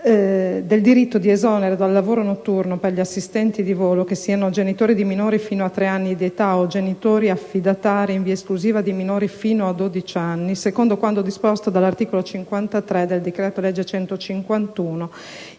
del diritto all'esonero dal lavoro notturno per gli assistenti di volo che siano genitori di minori fino a tre anni di età, o genitori affidatari in via esclusiva di minori fino a dodici anni, secondo quanto disposto dall'articolo 53 del decreto legislativo